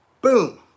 boom